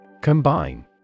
Combine